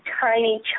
tiny